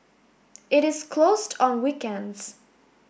it is closed on weekends